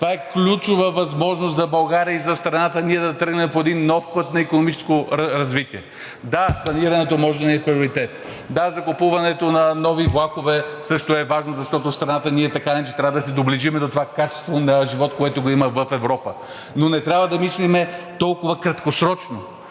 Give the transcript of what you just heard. това е ключова възможност за България и за страната ние да тръгнем по един нов път на икономическо развитие. Да, санирането може да ни е приоритет. Да, закупуването на нови влакове също е важно, защото ние така или иначе трябва да се доближим до това качество на живот, което го има в Европа, но не трябва да мислим толкова краткосрочно.